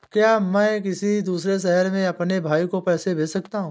क्या मैं किसी दूसरे शहर में अपने भाई को पैसे भेज सकता हूँ?